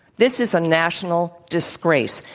this is a national disgrace.